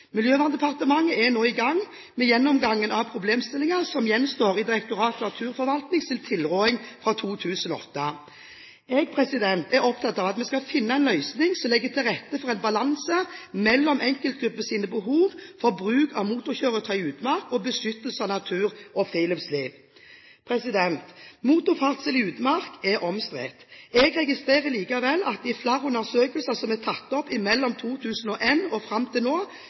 Miljøverndepartementet er nå i gang med gjennomgangen av problemstillinger som gjenstår i Direktoratet for naturforvaltnings tilrådning fra 2008. Jeg er opptatt av at vi skal finne en løsning som legger til rette for en balanse mellom enkelte gruppers behov for bruk av motorkjøretøyer i utmark og beskyttelse av natur og friluftsliv. Motorferdsel i utmark er omstridt. Jeg registrerer likevel at flere undersøkelser mellom 2001 og fram til nå